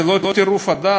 זה לא טירוף הדעת?